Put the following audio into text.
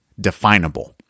definable